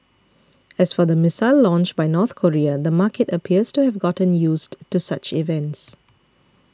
as for the missile launch by North Korea the market appears to have gotten used to such events